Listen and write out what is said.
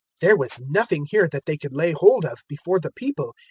there was nothing here that they could lay hold of before the people,